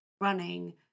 running